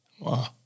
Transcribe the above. Wow